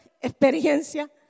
experiencia